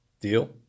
Deal